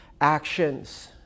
actions